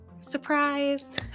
Surprise